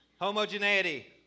Homogeneity